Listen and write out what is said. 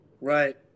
Right